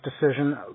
decision